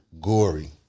Gory